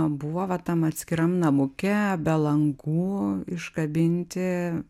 buvo va tam atskiram namuke be langų iškabinti